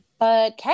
Okay